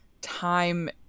time